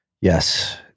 yes